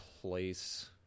place